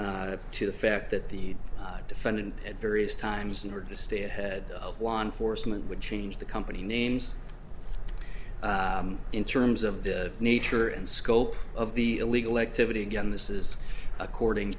agreement to the fact that the defendant at various times in order to stay ahead of law enforcement would change the company names in terms of the nature and scope of the illegal activity again this is according